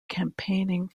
campaigning